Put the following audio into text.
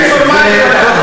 אני רוצה לחזור על מה שאמרת.